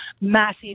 massive